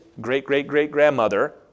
great-great-great-grandmother